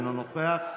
אינו נוכח,